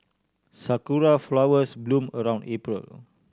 sakura flowers bloom around April